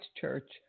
church